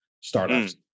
startups